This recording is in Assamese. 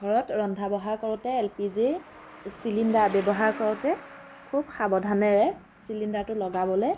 ঘৰত ৰন্ধা বঢ়া কৰোঁতে এল পি জি চিলিণ্ডাৰ ব্যৱহাৰ কৰোঁতে খুব সাৱধানেৰে চিলিণ্ডাৰটো লগাবলৈ